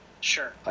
sure